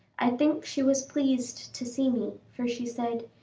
i think she was pleased to see me, for she said,